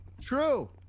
True